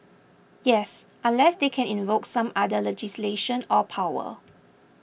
yes unless they can invoke some other legislation or power